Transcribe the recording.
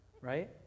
right